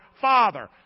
father